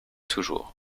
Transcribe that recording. toujours